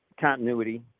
continuity